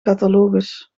catalogus